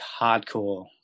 hardcore